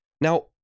Now